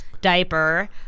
diaper